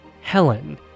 Helen